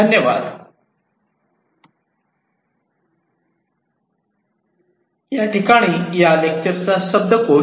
धन्यवाद लेक्चर 33 शब्दकोष